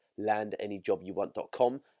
LandAnyJobYouWant.com